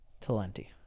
Talenti